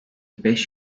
beş